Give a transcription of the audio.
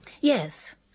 Yes